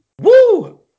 Woo